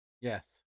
Yes